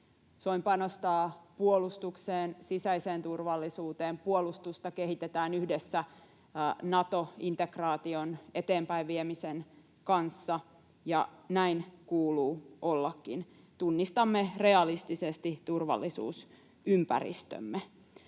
Suomi panostaa puolustukseen ja sisäiseen turvallisuuteen ja puolustusta kehitetään yhdessä Nato-integraation eteenpäinviemisen kanssa, ja näin kuuluu ollakin. Tunnistamme realistisesti turvallisuusympäristömme.